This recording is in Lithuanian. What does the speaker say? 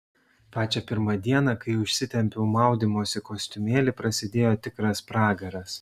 pačią pirmą dieną kai užsitempiau maudymosi kostiumėlį prasidėjo tikras pragaras